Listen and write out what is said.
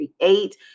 create